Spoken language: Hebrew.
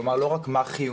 כלומר לא רק מה חיוני,